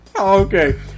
Okay